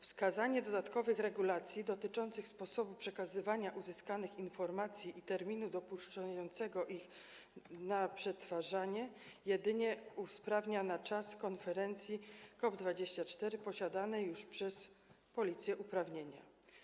Wskazanie dodatkowych regulacji dotyczących sposobu przekazywania uzyskanych informacji i terminu dopuszczającego ich przetwarzanie jedynie usprawnia na czas konferencji COP24 posiadane już przez Policję uprawnienia.